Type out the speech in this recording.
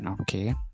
Okay